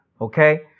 Okay